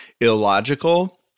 illogical